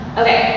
okay